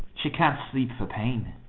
she can't sleep for pain.